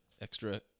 extra